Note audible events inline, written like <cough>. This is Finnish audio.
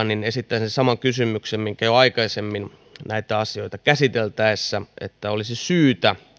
<unintelligible> niin esittäisin saman kysymyksen kuin jo aikaisemmin näitä asioita käsiteltäessä että olisi syytä